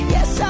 Yes